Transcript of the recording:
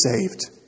saved